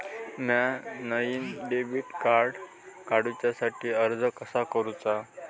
म्या नईन debit card काडुच्या साठी अर्ज कसा करूचा?